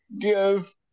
give